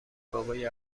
بابای